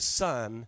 son